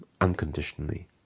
unconditionally